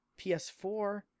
PS4